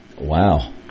Wow